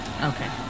Okay